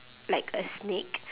like a snake